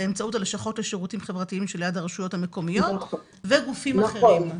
באמצעות הלשכות לשירותים חברתיים שליד הרשויות המקומיות וגופים אחרים.